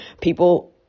People